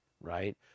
right